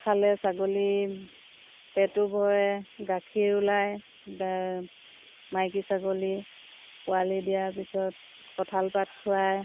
খালে ছাগলী পেটো ভৰে গাখীৰ ওলায় গা মাইকী ছাগলী পোৱালি দিয়াৰ পিছত কঁঠাল পাত খোৱায়